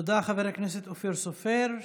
תודה, חבר הכנסת אופיר סופר.